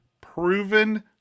proven